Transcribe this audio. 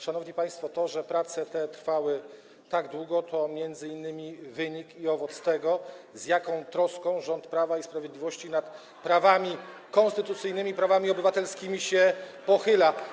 Szanowni państwo, to, że prace te trwały tak długo, to m.in. wynik, owoc tego, z jaką troską rząd Prawa i Sprawiedliwości nad konstytucyjnymi prawami obywatelskimi się pochyla.